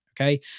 Okay